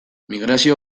migrazio